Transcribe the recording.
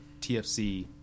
TFC